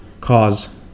cause